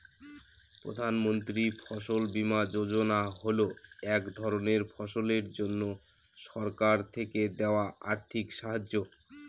প্রধান মন্ত্রী ফসল বীমা যোজনা হল এক ধরনের ফসলের জন্যে সরকার থেকে দেওয়া আর্থিক সাহায্য